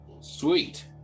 Sweet